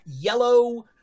yellow